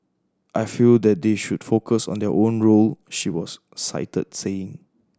I feel that they should focus on their own role she was cited saying